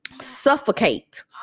suffocate